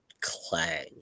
clang